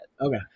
Okay